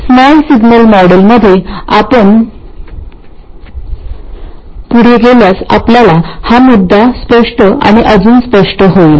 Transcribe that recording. small signal मॉडेलमध्ये आपण पुढे जाऊ तसे हा मुद्दा स्पष्ट आणि अजून स्पष्ट होईल